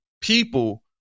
people